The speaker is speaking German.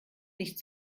nicht